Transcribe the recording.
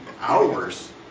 Hours